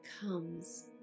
comes